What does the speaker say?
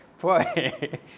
boy